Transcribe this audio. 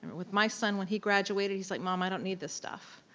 with my son, when he graduated, he's like, mom, i don't need this stuff.